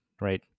right